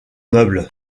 meuble